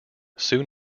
soon